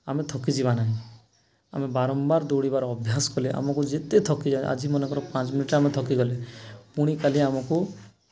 ଆମେ ଥକି ଯିବା ନାହିଁ ଆମେ ବାରମ୍ବାର ଦୌଡ଼ିବାର ଅଭ୍ୟାସ କଲେ ଆମକୁ ଯେତେ ଥକିଯାଏ ଆଜି ମନେକର ପାଞ୍ଚ ମିନିଟ ଆମେ ଥକିଗଲେ ପୁଣି କାଲି ଆମକୁ